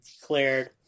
declared